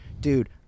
dude